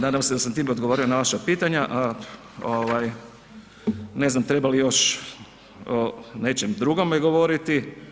Nadam se da sam time odgovorio na vaša pitanja, a ovaj ne znam treba li još o nečem drugome govoriti.